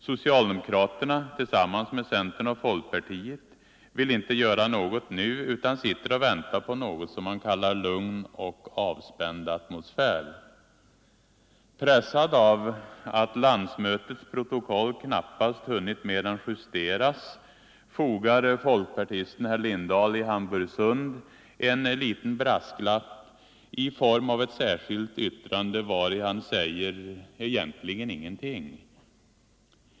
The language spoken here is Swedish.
Socialdemokraterna tillsammans med centern och folkpartiet vill inte göra något nu utan sitter och väntar på något som man kallar lugn och avspänd atmosfär. Pressad av att landsmötets protokoll knappast hunnit mer än justeras fogar folkpartisten herr Lindahl i Hamburgsund till konstitu tionsutskottets betänkande en liten brasklapp i form av ett särskilt yttrande vari han säger — egentligen ingenting!